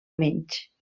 menys